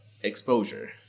exposure